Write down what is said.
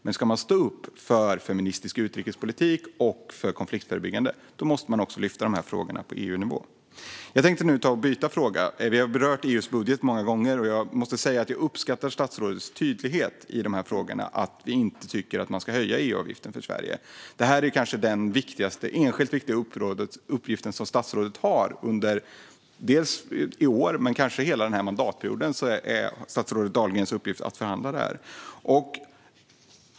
Men ska man stå upp för feministisk utrikespolitik och konfliktförebyggande måste man också lyfta upp de här frågorna på EU-nivå. Jag tänkte nu ta och byta fråga. Vi har berört EU:s budget många gånger. Jag uppskattar statsrådets tydlighet i de här frågorna och att vi inte tycker att man ska höja EU-avgiften för Sverige. Detta är kanske den enskilt viktigaste uppgift som statsrådet har i år och kanske under hela mandatperioden. Det är statsrådet Dahlgrens uppgift att förhandla om det.